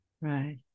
Right